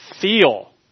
feel